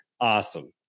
awesome